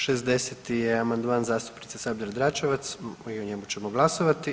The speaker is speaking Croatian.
60. je amandman zastupnice Sabljar-Dračevac i o njemu ćemo glasovati.